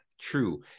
true